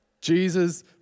Jesus